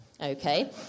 Okay